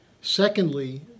Secondly